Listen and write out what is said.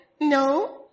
No